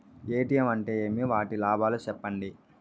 ATM అంటే ఏమి? వాటి లాభాలు సెప్పండి?